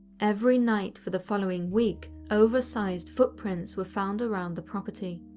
every night for the following week oversized footprints were found around the property.